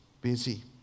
busy